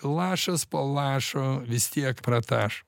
lašas po lašo vis tiek pratašo